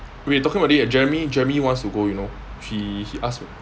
wait talking about it right jeremy jeremy wants to go you know he he ask me